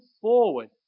forward